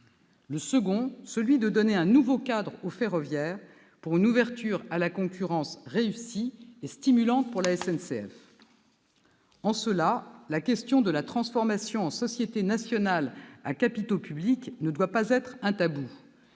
Le second, celui de donner un nouveau cadre au ferroviaire, pour une ouverture à la concurrence réussie et stimulante pour la SNCF. En cela, la question de la transformation en société nationale à capitaux publics ne doit pas être un tabou.